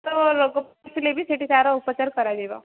ତ ଲୋକ ଥିଲେ ବି ସେହିଠି ତାର ଉପଚାର କରାଯିବ